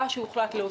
שהיא מטרה מוכרת.